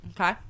Okay